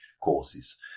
courses